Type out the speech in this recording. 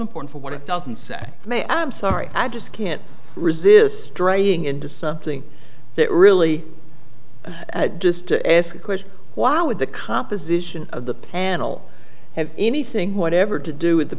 important for what it doesn't say may i'm sorry i just can't resist straying into something that really just to ask the question why would the composition of the panel have anything whatever to do with the